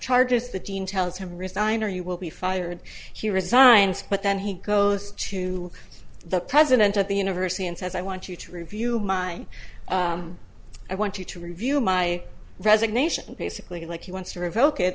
charges the dean tells him resign or you will be fired he resigned but then he goes to the president of the university and says i want you to review my i want you to review my resignation basically like he wants to revoke it